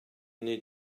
need